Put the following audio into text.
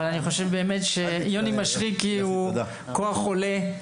אבל אני חושב באמת שיוני משריקי הוא כוח עולה.